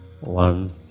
one